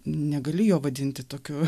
negali jo vadinti tokiu